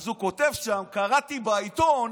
אז הוא כותב שם: קראתי בעיתון